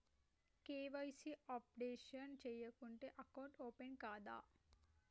KYC updation చేయకుంటే account open కాదా?